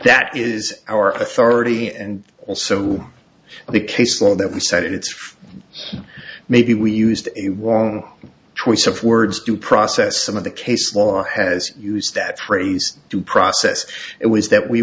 that is our authority and also the case law that we said it's maybe we used a wrong choice of words due process some of the case law has used that phrase due process it was that we